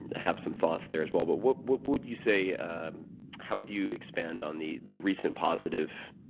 and have some thoughts there as well. but what what would you say how would you expand on the the recent positive